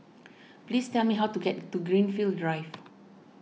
please tell me how to get to Greenfield Drive